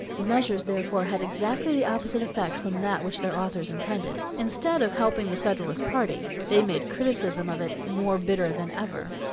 the measures therefore had exactly the opposite effect from that which their authors intended. instead of helping the federalist party, they made criticism of it more bitter than ever.